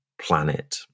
planet